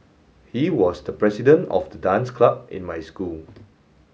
he was the president of the dance club in my school